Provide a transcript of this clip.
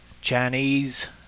Chinese